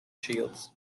shields